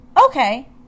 okay